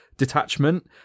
detachment